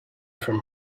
from